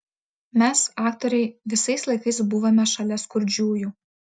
mes aktoriai visais laikais buvome šalia skurdžiųjų